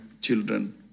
children